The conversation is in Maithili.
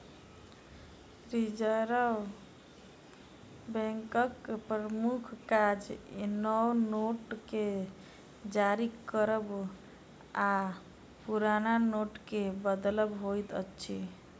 रिजर्व बैंकक प्रमुख काज नव नोट के जारी करब आ पुरान नोटके बदलब होइत अछि